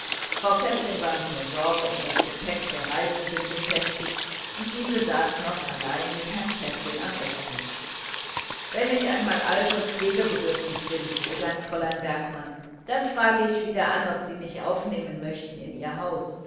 frau pfäffling war mit der sorge um das gepäck der reisenden beschäftigt diese saß allein noch mit herrn pfäffling am eßtisch wenn ich einmal alt und pflegebedürftig bin begann fräulein bergmann dann frage ich wieder an ob sie mich aufnehmen möchten in ihr haus